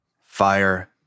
fire